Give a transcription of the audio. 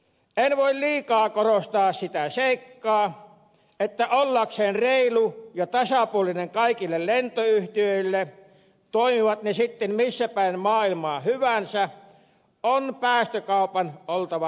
en voi liikaa korostaa sitä seikkaa että ollakseen reilu ja tasapuolinen kaikille lentoyhtiöille toimivat ne sitten missä päin maailmaa hyvänsä on päästökaupan oltava globaalia